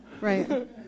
Right